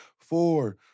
four